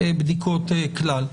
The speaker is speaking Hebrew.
בדיקות כלל.